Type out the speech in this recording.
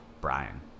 brian